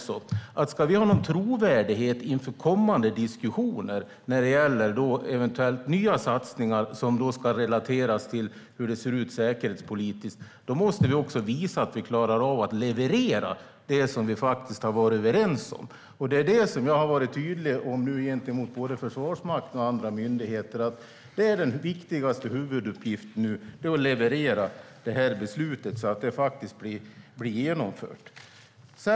Ska vi ha någon trovärdighet inför kommande diskussioner när det gäller eventuella nya satsningar som ska relateras till hur det ser ut säkerhetspolitiskt måste vi också visa att vi klarar av att leverera det som vi faktiskt har varit överens om. Jag har varit tydlig gentemot både Försvarsmakten och andra myndigheter med att den viktigaste uppgiften nu är att leverera det här beslutet så att det faktiskt blir genomfört.